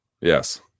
Yes